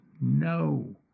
no